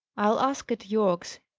i'll ask at yorke's!